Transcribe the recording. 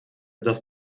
das